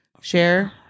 share